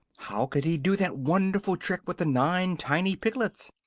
how could he do that wonderful trick with the nine tiny piglets?